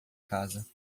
casa